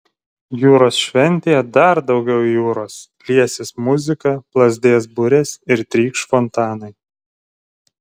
jūros šventėje dar daugiau jūros liesis muzika plazdės burės ir trykš fontanai